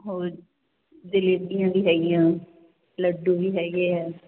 ਹੋਰ ਜਲੇਬੀਆਂ ਵੀ ਹੈਗੀਆਂ ਲੱਡੂ ਵੀ ਹੈਗੇ ਆ